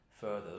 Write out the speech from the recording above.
further